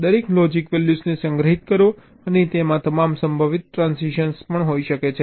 દરેક લોજીક વેલ્યૂને સંગ્રહિત કરો અને તેમાં તમામ સંભવિત ટ્રાંસિશન્સ પણ હોઈ શકે છે